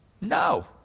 No